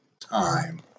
time